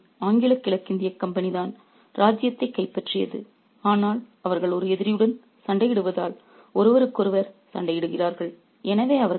உண்மையான எதிரி ஆங்கில கிழக்கிந்திய கம்பெனி தான் ராஜ்யத்தை கைப்பற்றியது ஆனால் அவர்கள் ஒரு எதிரியுடன் சண்டையிடுவதால் ஒருவருக்கொருவர் சண்டையிடுகிறார்கள்